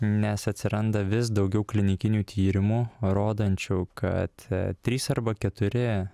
nes atsiranda vis daugiau klinikinių tyrimų rodančių kad trys arba keturi